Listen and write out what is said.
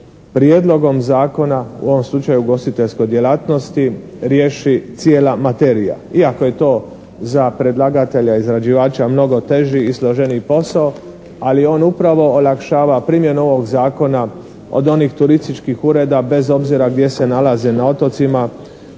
prijedlogom zakona u ovom slučaju u ugostiteljskoj djelatnosti riješi cijela materija. Iako je to za predlagatelja izrađivača mnogo teži i složeniji posao, ali on upravo olakšava primjenu ovog zakona od onih turističkih ureda, bez obzira gdje se nalaze na otocima,